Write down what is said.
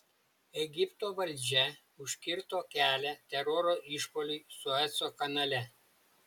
egipto valdžia užkirto kelią teroro išpuoliui sueco kanale